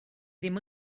ddim